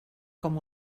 com